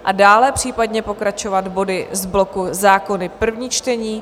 a dále případně pokračovat body z bloku Zákony první čtení.